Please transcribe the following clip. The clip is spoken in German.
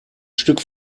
stück